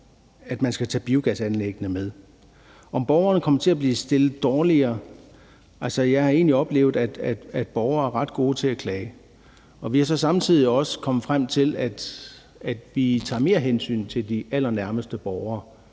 at man skal tage biogasanlæggene med. Kommer borgerne til at blive stillet dårligere? Altså, jeg har egentlig oplevet, at borgere er ret gode til at klage, og vi er samtidig også kommet frem til at tage mere hensyn til de allernærmeste naboer.